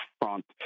Front